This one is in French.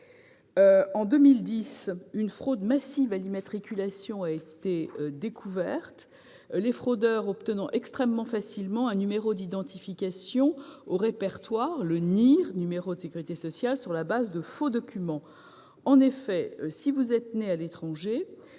En 2010, une fraude massive à l'immatriculation a été découverte, les fraudeurs obtenant extrêmement facilement un numéro d'inscription au répertoire, le NIR- autrement dit, le numéro de sécurité sociale -, sur la base de faux documents. Si vous êtes né à l'étranger,